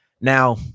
Now